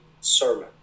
sermon